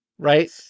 Right